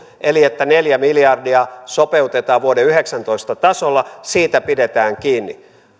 eli että neljä miljardia sopeutetaan vuoden yhdeksäntoista tasolla pidetään kiinni